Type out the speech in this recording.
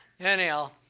Anyhow